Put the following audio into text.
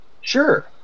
Sure